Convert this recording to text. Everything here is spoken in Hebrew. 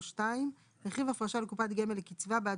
או (2) רכיב הפרשה לקופת גמל לקצבה בעד